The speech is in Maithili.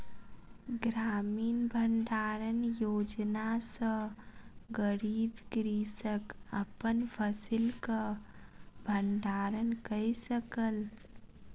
ग्रामीण भण्डारण योजना सॅ गरीब कृषक अपन फसिलक भण्डारण कय सकल